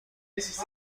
پسر